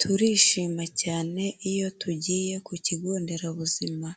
Turishima cyane iyo tugiye ku kigo nderabuzima